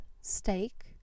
steak